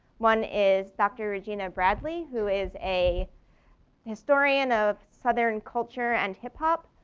one is dr. regina bradley, who is a historian of southern culture and hip-hop,